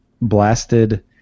blasted